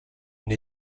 une